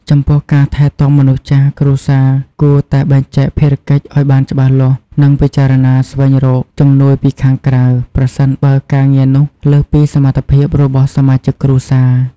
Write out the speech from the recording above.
ចំពោះការថែទាំមនុស្សចាស់ គ្រួសារគួរតែបែងចែកភារកិច្ចឲ្យបានច្បាស់លាស់ និងពិចារណាស្វែងរកជំនួយពីខាងក្រៅ ប្រសិនបើការងារនោះលើសពីសមត្ថភាពរបស់សមាជិកគ្រួសារ។